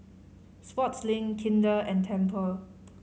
Sportslink Kinder and Tempur